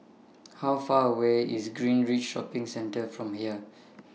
How Far away IS Greenridge Shopping Centre from here